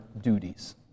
duties